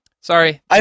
Sorry